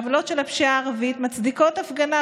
העוולות של הפשיעה הערבית מצדיקות הפגנה.